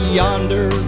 yonder